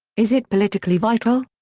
is it politically vital?